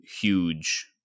huge